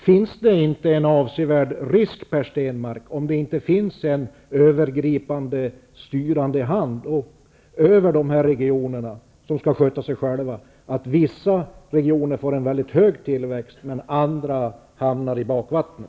Är det inte en avsevärd risk, Per Stenmarck, om det inte finns en övergripande, styrande hand över de regioner som skall sköta sig själva, för att vissa regioner får en mycket hög tillväxt medan andra hamnar i bakvattnet?